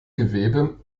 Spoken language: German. gewebe